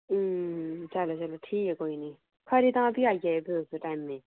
अं चलो चलो कोई निं ठीक खरी तां भी आई जायो टैमें दे